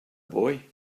boy